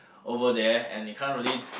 over there and it can't really